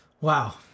wow